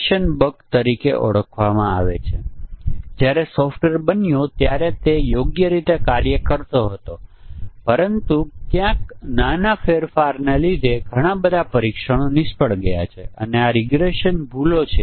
સંશોધનકારોએ મોટી સંખ્યામાં સોફ્ટવેરનો પ્રયોગ કર્યો છે અને જાણવા મળ્યું છે કે જો તમારી પાસે 40 ઇનપુટ ચલો હોય તો જો આપણે 2 પરીક્ષણ 2 સંયોજનો ધ્યાનમાં લઈએ તો લગભગ તમામ ભૂલો મળી આવે છે